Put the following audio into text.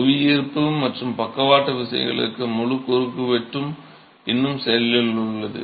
புவியீர்ப்பு மற்றும் பக்கவாட்டு விசைகளுக்கு முழு குறுக்குவெட்டும் இன்னும் செயலில் உள்ளது